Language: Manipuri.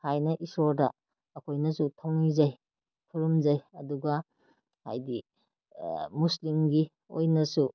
ꯍꯥꯏꯅ ꯏꯁꯣꯔꯗ ꯑꯩꯈꯣꯏꯅꯁꯨ ꯊꯧꯅꯤꯖꯩ ꯈꯨꯔꯨꯝꯖꯩ ꯑꯗꯨꯒ ꯍꯥꯏꯗꯤ ꯃꯨꯁꯂꯤꯝꯒꯤ ꯑꯣꯏꯅꯁꯨ